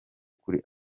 kuri